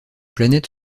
planète